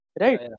right